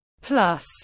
Plus